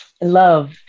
love